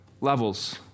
levels